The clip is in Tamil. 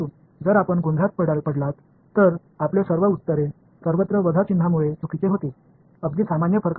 இரண்டுமே சரியானவை ஆனால் நீங்கள் குழப்பமடைந்துவிட்டால் உங்கள் பதில்கள் எல்லா இடங்களிலும் எளிய வேறுபாடு காரணமாக மைனஸ் அடையாளத்தால் தவறாக இருக்கும்